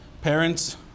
parents